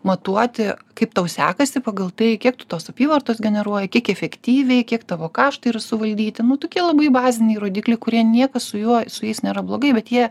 matuoti kaip tau sekasi pagal tai kiek tu tos apyvartos generuoji kiek efektyviai kiek tavo kaštai yra suvaldyti nu tokie labai baziniai rodikliai kurie niekas su juo su jais nėra blogai bet jie